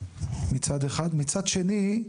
ומצד שני,